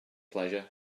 pleasure